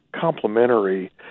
Complementary